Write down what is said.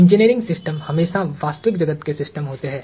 engineering system हमेशा वास्तविक जगत के सिस्टम होते हैं